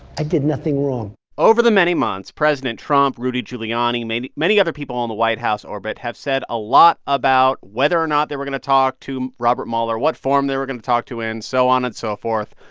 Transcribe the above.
i did nothing wrong over the many months, president trump, rudy giuliani, many many other people in the white house orbit, have said a lot about whether or not they were going to talk to robert mueller, what form they were going to talk to in, so on and so forth.